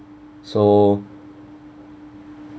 so